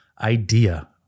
idea